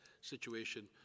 situation